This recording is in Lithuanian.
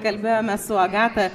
kalbėjome su agata